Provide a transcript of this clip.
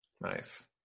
Nice